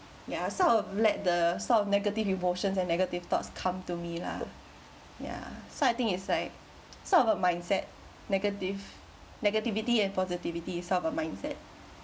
ya sort of let the sort of negative emotions and negative thoughts come to me lah ya so I think it's like sort of a mindset negative negativity and positivity is sort of a mindset